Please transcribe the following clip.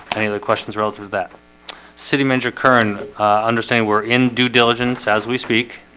any other questions relative that city manager curran understand we're in due diligence as we speak